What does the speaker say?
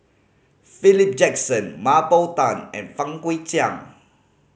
Philip Jackson Mah Bow Tan and Fang Guixiang